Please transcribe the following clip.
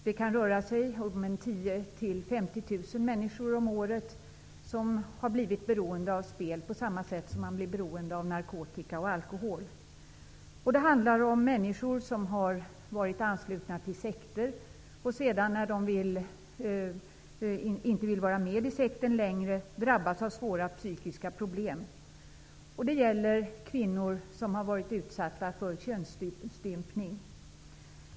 Det kan röra sig om 10 000--50 000 människor om året som blir beroende av spel på samma sätt som man blir beroende av narkotika och alkohol. Det handlar om människor som har varit anslutna till sekter, och som när de inte vill vara med i sekten längre drabbas av svåra psykiska problem. Det gäller kvinnor som har varit utsatta för könsstympning.